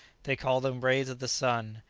they call them rays of the sun,